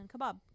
kebab